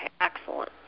excellent